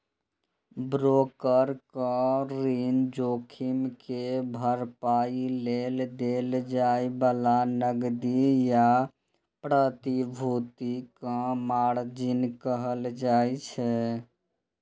broker कें ऋण जोखिम के भरपाइ लेल देल जाए बला नकदी या प्रतिभूति कें मार्जिन कहल जाइ छै